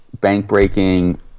bank-breaking